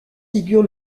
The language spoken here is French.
figure